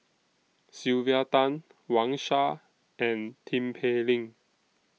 Sylvia Tan Wang Sha and Tin Pei Ling